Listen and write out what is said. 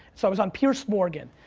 so i was on piers morgan.